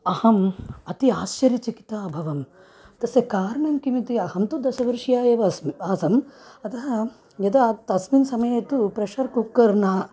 अहं अति आश्चर्यचकिता अभवम् तस्य कारणं किमिति अहं दशवर्षीया एव अस्मि आसन् अतः यदा तस्मिन् समये तु प्रेशर् कुक्कर् न